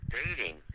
dating